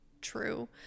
true